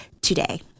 today